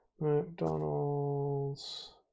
McDonald's